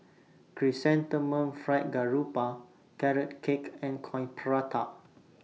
Chrysanthemum Fried Garoupa Carrot Cake and Coin Prata